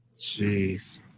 Jeez